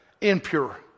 impure